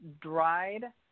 dried